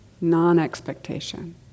non-expectation